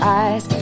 eyes